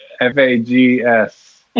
F-A-G-S